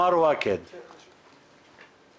סיימת כבר את